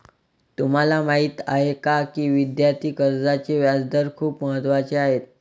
तुम्हाला माहीत आहे का की विद्यार्थी कर्जाचे व्याजदर खूप महत्त्वाचे आहेत?